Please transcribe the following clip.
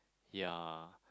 ya